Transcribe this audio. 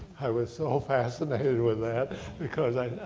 i was so fascinated with that because i,